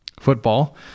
football